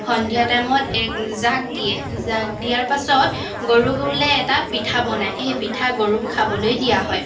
সন্ধিয়া টাইমত এক জাগ দিয়ে জাগ দিয়াৰ পাছৰ গৰুক বোলে এটা পিঠা বনায় সেই পিঠা গৰুক খাবলৈ দিয়া হয়